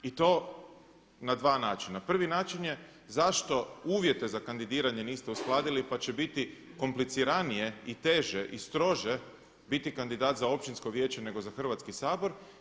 I to na dva načina, prvi način je zašto uvjete za kandidiranje niste uskladili pa će biti kompliciranije i teže i strože biti kandidat za općinsko vijeće nego za Hrvatski sabor.